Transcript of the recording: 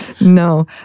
No